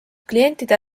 klientide